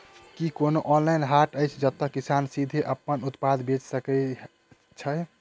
की कोनो ऑनलाइन हाट अछि जतह किसान सीधे अप्पन उत्पाद बेचि सके छै?